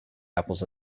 apples